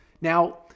Now